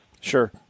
sure